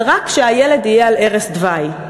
אבל רק כשהילד יהיה על ערש דווי.